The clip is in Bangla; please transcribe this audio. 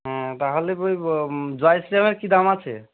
হ্যাঁ তাহলে ওই ব জয় শ্রী রামের কী দাম আছে